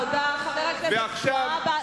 חבר הכנסת והבה.